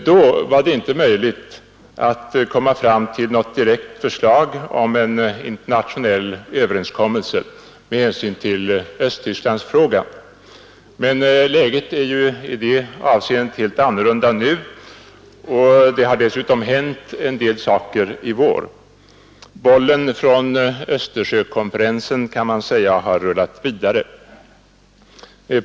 Då var det inte möjligt att nå fram till något direkt förslag om en internationell överenskommelse, med hänsyn till Östtysklandsfrågan. Men läget i det avseendet är helt annorlunda nu, och det har dessutom hänt en del saker under denna vår. Man kan säga att bollen från Östersjökonferensen har rullat vidare.